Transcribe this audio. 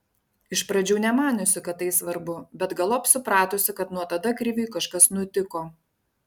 iš pradžių nemaniusi kad tai svarbu bet galop supratusi kad nuo tada kriviui kažkas nutiko